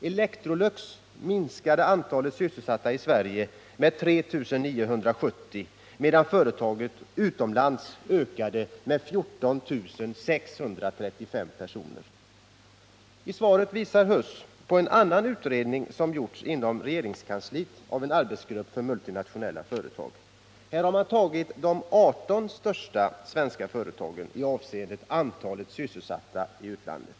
Electrolux minskade antalet sysselsatta i Sverige med 3 970 personer, medan företaget utomlands ökade antalet med 14 635 personer. I svaret hänvisar industriminister Huss till en annan utredning, som gjorts inom regeringskansliet av en arbetsgrupp för multinationella företag. I den har man tagit med de 18 största svenska företagen med avseende på antalet sysselsatta i utlandet.